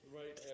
right